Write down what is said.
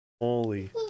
Holy